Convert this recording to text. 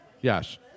Yes